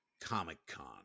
Comic-Con